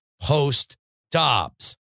post-Dobbs